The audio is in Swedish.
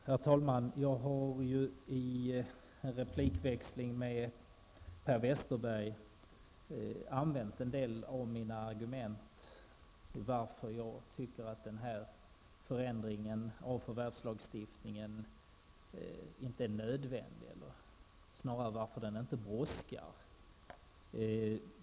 Herr talman! Jag har i en replikväxling med Per Westerberg redovisat en del av de argument som gör att jag tycker att denna förändring av förvärvslagstiftningen inte brådskar.